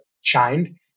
shined